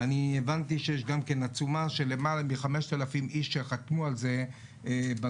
הבנתי שיש עצומה של למעלה מ-5,000 אנשים בנושא